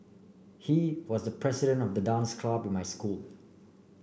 he was president of the dance club in my school